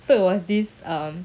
so it was this um